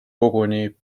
koguni